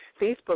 Facebook